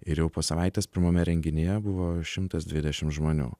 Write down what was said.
ir jau po savaitės pirmame renginyje buvo šimtas dvidešimt žmonių